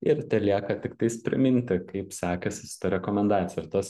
ir telieka tiktais priminti kaip sekasi su ta rekomendacija ir tas